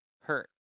hurt